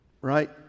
right